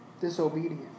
disobedient